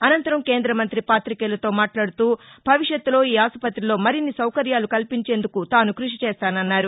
అనంతరం కేంద్రమంతి పాతికేయులతో మాట్లాడుతూ భవిషత్తులో ఈ ఆసుపత్రిలో మరిన్ని సౌకర్యాలు కల్పించేందుకు తాను కృషి చేస్తానన్నారు